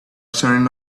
certain